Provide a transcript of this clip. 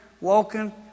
walking